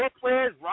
players